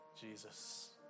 Jesus